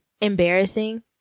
embarrassing